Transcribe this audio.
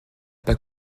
pas